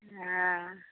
हॅं